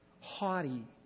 haughty